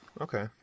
Okay